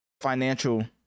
financial